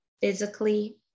physically